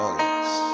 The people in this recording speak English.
yes